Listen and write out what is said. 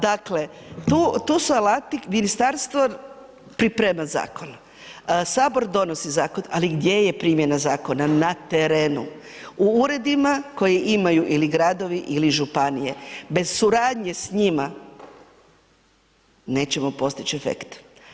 Dakle, tu su alati, ministarstvo priprema zakon, HS donosi zakon, ali gdje je primjena zakona na terenu, u uredima koji imaju ili gradovi ili županije, bez suradnje s njima, nećemo postić efekt.